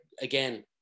again